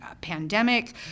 pandemic